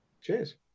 Cheers